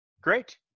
Great